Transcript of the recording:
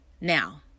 now